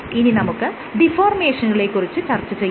ഇനി നമുക്ക് ഡിഫോർമേഷനുകളെ കുറിച്ച് ചർച്ചചെയ്യാം